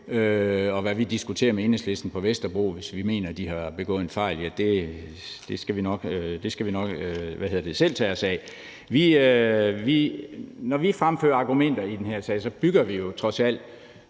Og hvad vi diskuterer med Enhedslisten på Vesterbro, hvis vi mener, de har begået en fejl, skal vi nok selv tage os af. Når vi fremfører argumenter i den her sag, bygger vi jo trods alt